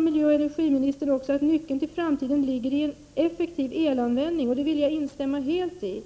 Miljöoch energiministern sade också att nyckeln till framtiden ligger i en effektiv elanvändning. Det vill jag helt instämma i.